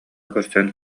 көрсөн